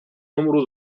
número